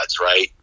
right